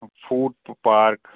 food park